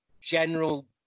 general